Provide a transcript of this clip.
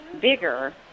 bigger